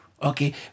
Okay